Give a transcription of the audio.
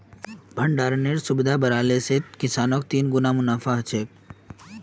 भण्डरानेर सुविधा बढ़ाले से किसानक तिगुना मुनाफा ह छे